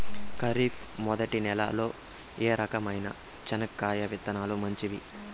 ఖరీఫ్ మొదటి నెల లో ఏ రకమైన చెనక్కాయ విత్తనాలు మంచివి